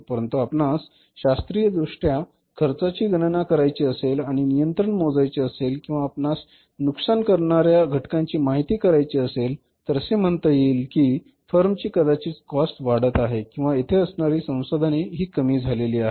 परंतु आपणास शास्त्रीयदृष्ट्या खर्चाची गणना करायची असेल आणि नियंत्रण मोजायचे असेल किंवा आपणास नुकसान करणाऱ्या घटकांची माहिती करायची असेल तर असे म्हणता येईल कि फर्म ची कदाचित कॉस्ट वाढत आहे किंवा येथे असणारी संसाधने हि कमी झालेली आहेत